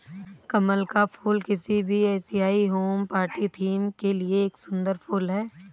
कमल का फूल किसी भी एशियाई होम पार्टी थीम के लिए एक सुंदर फुल है